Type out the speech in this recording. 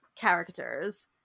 characters